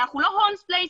אנחנו לא הולמס פלייס,